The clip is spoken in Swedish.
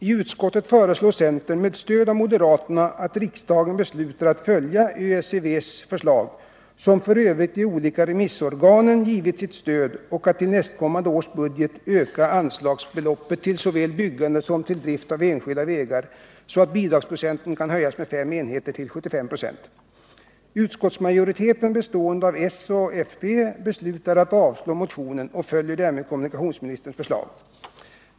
I utskottet föreslår centern med stöd av moderaterna att riksdagen beslutar att följa ÖSEV:s förslag, som f. ö. de olika remissorganen givit sitt stöd, och att till nästkommande års budget öka anslagsbeloppet till såväl byggande som drift av enskilda vägar så att bidragsprocenten kan höjas med 5 enheter till 75 96. Utskottsmajoriteten, bestående av socialdemokraterna och folkpartiet, beslutade att avstyrka motionen och följer därmed kommunikationsministerns förslag.